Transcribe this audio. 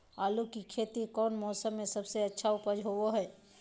आलू की खेती कौन मौसम में सबसे अच्छा उपज होबो हय?